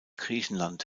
griechenland